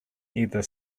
either